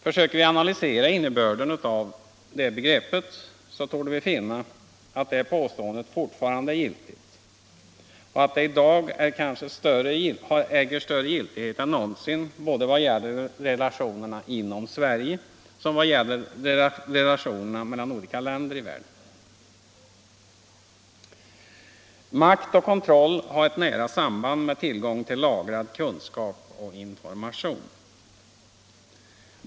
Försöker vi analysera innebörden i detta begrepp, torde vi finna att påståendet fortfarande är giltigt och att det i dag kanske äger större giltighet än någonsin i vad gäller både relationerna inom Sverige och relationerna mellan olika länder i världen. Makt och kontroll har ett nära sam "band med tillgång till lagrad kunskap och information.